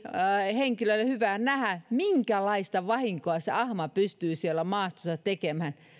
henkilölle hyvää nähdä minkälaista vahinkoa ahma pystyy siellä maastossa tekemään